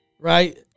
right